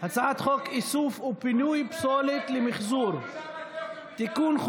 הצעת חוק איסוף ופינוי פסולת למחזור (תיקון,